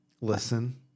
Listen